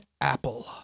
Apple